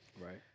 Right